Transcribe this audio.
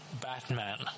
Batman